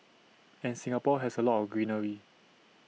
and Singapore has A lot of greenery